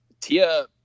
Tia